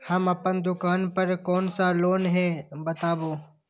हम अपन दुकान पर कोन सा लोन हैं बताबू?